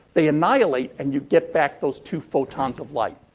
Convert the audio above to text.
they annihilate and you get back those two photons of light.